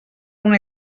una